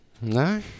No